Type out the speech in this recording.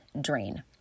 Drain